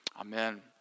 Amen